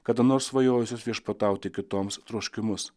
kada nors svajojusius viešpatauti kitoms troškimus